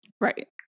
Right